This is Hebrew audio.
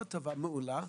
לא טובה אלא מעולה.